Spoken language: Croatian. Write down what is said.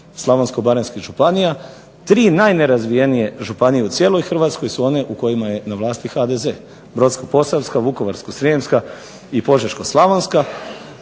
slavonsko-baranjskih županija tri najnerazvijenije županije u cijeloj Hrvatskoj su one u kojima je na vlasti HDZ – Brodsko-posavska, Vukovarsko-srijemska i Požeško-slavonska.